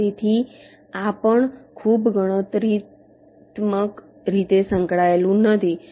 તેથી આ પણ ખૂબ ગણતરીત્મક રીતે સંકળાયેલું નથી